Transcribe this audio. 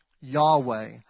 Yahweh